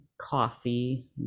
coffee